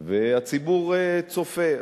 והציבור צופה,